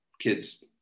kids